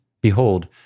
Behold